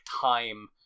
time